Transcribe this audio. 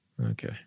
Okay